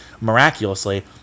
miraculously